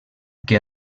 que